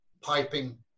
piping